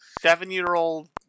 seven-year-old